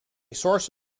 source